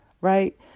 right